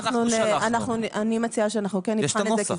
אני מציעה שאנחנו כן נבחן את זה,